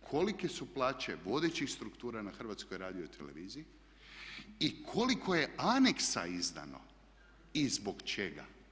kolike su plaće vodećih struktura na Hrvatskoj radioteleviziji i koliko je aneksa izdano i zbog čega.